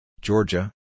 Georgia